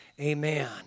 Amen